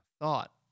thought